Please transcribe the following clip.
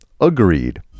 Agreed